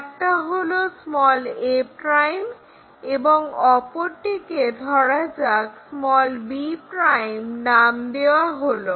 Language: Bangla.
একটা হলো a' এবং অপরটিকে ধরা যাক b' নাম দেওয়া হলো